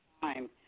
time